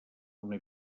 una